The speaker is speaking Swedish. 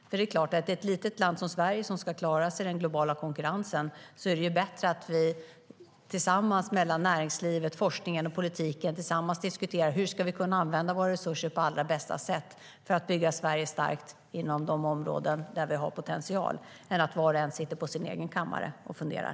För ett litet land som Sverige som ska klara sig i den globala konkurrensen är det såklart bättre att näringslivet tillsammans med forskningen och politiken diskuterar hur vi ska kunna använda våra resurser på allra bästa sätt för att bygga Sverige starkt inom de områden där vi har potential än att var och en sitter på sin egen kammare och funderar.